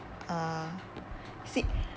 uh see